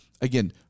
Again